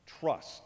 Trust